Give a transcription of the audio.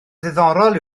ddiddorol